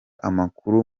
amakuru